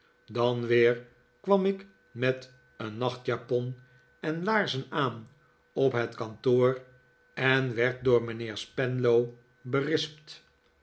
dan weer kwam ik met een nachtjapon en laarzen aan op het kantoor en werd door mijnheer spenlow berispt